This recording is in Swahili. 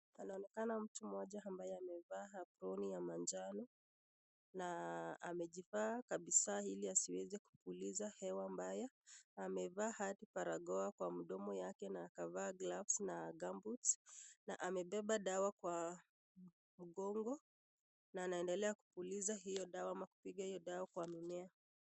Panaonekana mtu mmoja ambaye amevaa aproni ya manjano na amejivaa kabisa hili asiweze kupuliza hewa mbaya, amevaa hadi barakoa kwa mdomo yake na akavaa glavs na gamboots na amebeba dawa kwa mgongo na anaendelea kupuliza na kupiga hiyo dawa kwa mimea.